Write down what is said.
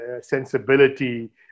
sensibility